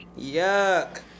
Yuck